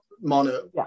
mono